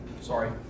Sorry